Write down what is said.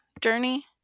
journey